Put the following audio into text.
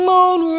Moon